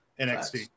NXT